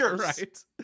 Right